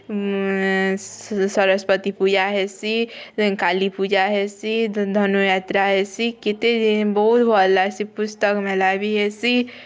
ସରସ୍ବତୀ ପୂଜା ହେସିଁ କାଲି ପୂଜା ହେସିଁ ଧନୁଯାତ୍ରା ହେସିଁ କେତେ ବୋହୁତ୍ ଭଲ ଲାଗଶି ପୁସ୍ତକ୍ ମେଲା ବି ହେସିଁ